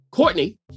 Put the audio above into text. Courtney